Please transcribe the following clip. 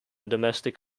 domestic